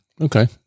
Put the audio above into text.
Okay